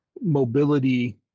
mobility